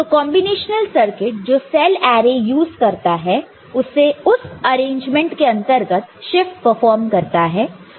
तो combinational circuit जो cell array use करता है उस अरेंजमेंट के अंतर्गत शिफ्ट परफॉर्म करता है